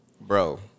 bro